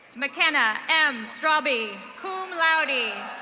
mckenna m strawbie, cum laude.